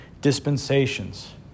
dispensations